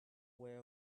aware